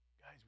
Guys